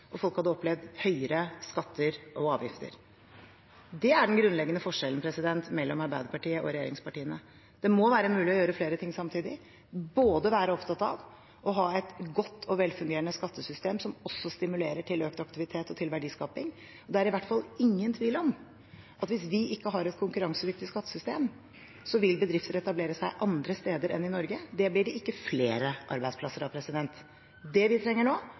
og folk hadde opplevd høyere skatter og avgifter. Det er den grunnleggende forskjellen mellom Arbeiderpartiet og regjeringspartiene. Det må være mulig å gjøre flere ting samtidig: Vi må være opptatt av å ha et godt og velfungerende skattesystem som også stimulerer til økt aktivitet og verdiskaping. Det er i hvert fall ingen tvil om at hvis vi ikke har et konkurransedyktig skattesystem, vil bedrifter etablere seg andre steder enn i Norge. Det blir det ikke flere arbeidsplasser av. Det vi trenger nå,